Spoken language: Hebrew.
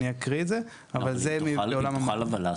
אני אקריא את זה --- תוכל אבל להסביר,